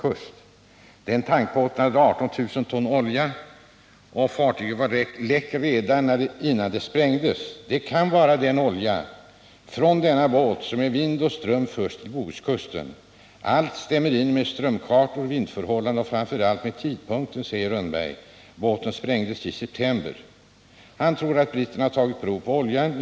Kriminalinspektör Arne Rönnberg uppger att tankbåten innehöll 18 000 ton olja och att fartyget var läck redan innan det sprängdes. Det kan vara olja från denna båt som med vind och ström förts till bohuskusten. = Allt stämmer in med strömkartor, vindförhållanden och framför allt med tidpunkten, säger Rönnberg. Båten sprängdes i september. Han tror att britterna har tagit prov på oljan.